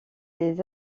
des